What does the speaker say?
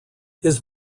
his